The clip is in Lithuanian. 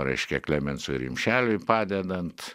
reiškia klemensui rimšeliui padedant